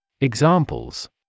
Examples